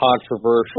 controversial